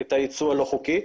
את היצוא הלא חוקי.